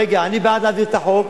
רגע, אני בעד להעביר את החוק.